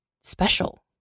special